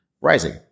rising